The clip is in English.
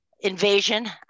invasion